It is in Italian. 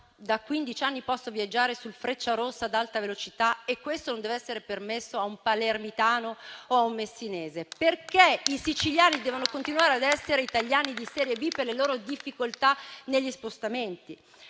anni posso viaggiare sul Frecciarossa ad alta velocità e questo non dev'essere permesso a un palermitano o a un messinese? Perché i siciliani devono continuare a essere italiani di serie B per le loro difficoltà negli spostamenti?